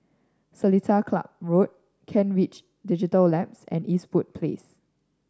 Seletar Club Road Kent Ridge Digital Labs and Eastwood Place